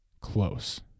close